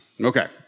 Okay